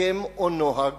הסכם או נוהג,